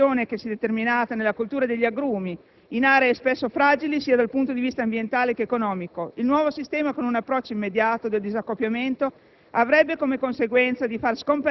evidenziamo con preoccupazione la situazione che si è determinata nella coltura degli agrumi, in aree spesso fragili sia dal punto di vista ambientale che economico. Il nuovo sistema, con un approccio immediato del disaccoppiamento,